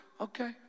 okay